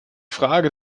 frage